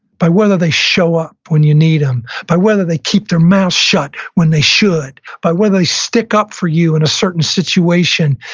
by whether they show up when you need them, by whether they keep their mouth shut when they should, by whether they stick up for you in a certain situation,